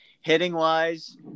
hitting-wise